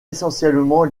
essentiellement